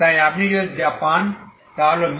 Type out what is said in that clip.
তাই আপনি যা পান তা হল c20